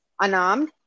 unarmed